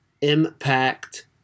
impact